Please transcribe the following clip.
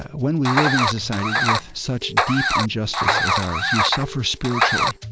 when we live in a society with such deep injustice as ours, you suffer spiritually